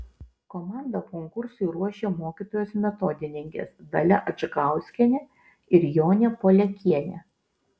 komandą konkursui ruošė mokytojos metodininkės dalia adžgauskienė ir jonė poliakienė